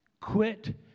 Quit